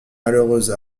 malheureuse